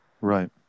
Right